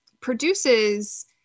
produces